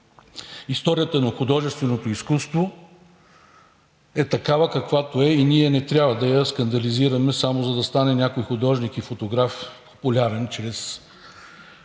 Историята на художественото изкуство е такава, каквато е и ние не трябва да я скандализираме само за да стане някой художник и фотограф популярен чрез